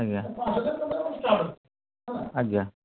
ଆଜ୍ଞା ଆଜ୍ଞା